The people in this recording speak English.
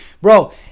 bro